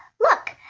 Look